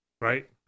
Right